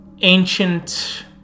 ancient